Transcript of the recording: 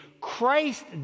Christ